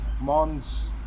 Mons